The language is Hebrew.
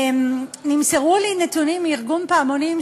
נמסרו לי נתונים מארגון "פעמונים",